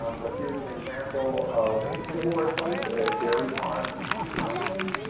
um but here's an example of a similar, like a dairy farm in wisconsin,